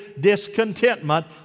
discontentment